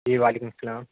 جی وعلیکم السلام